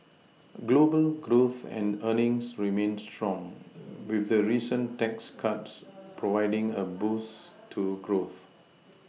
global growth and earnings remain strong with the recent tax cuts providing a boost to growth